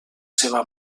seva